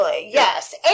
Yes